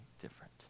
different